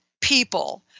people